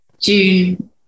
June